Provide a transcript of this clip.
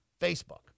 Facebook